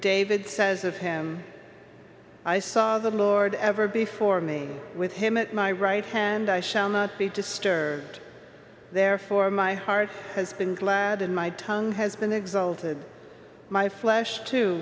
david says of him i saw the lord ever before me with him at my right hand i shall not be disturbed therefore my heart has been clad in my tongue has been exalted my flesh to